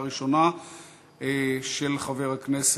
שמונה בעד.